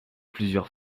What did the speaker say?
plusieurs